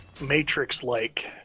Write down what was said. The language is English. Matrix-like